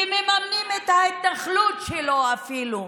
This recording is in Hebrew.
ומממנים את ההתנחלות שלו אפילו.